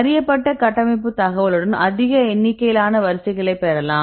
அறியப்பட்ட கட்டமைப்பு தகவலுடன் அதிக எண்ணிக்கையிலான வரிசைகளைப் பெறலாம்